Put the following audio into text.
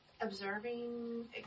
Observing